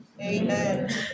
Amen